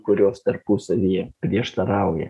kurios tarpusavyje prieštarauja